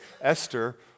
Esther